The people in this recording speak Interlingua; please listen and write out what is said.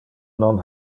non